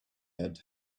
had